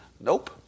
Nope